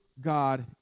God